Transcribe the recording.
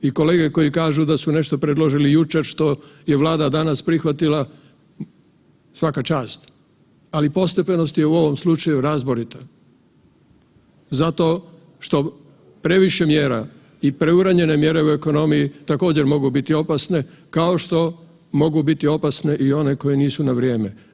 I kolege koji kažu da su nešto predložili jučer, što je Vlada danas prihvatila svaka čast, ali postepenost je u ovom slučaju razborita zato što previše mjera i preuranjene mjere u ekonomiji također, mogu biti opasne, kao što mogu biti opasne i one koje nisu na vrijeme.